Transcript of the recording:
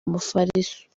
umufariso